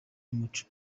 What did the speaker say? y’umuco